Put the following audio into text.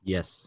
Yes